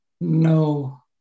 no